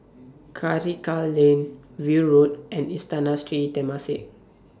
Karikal Lane View Road and Istana Sri Temasek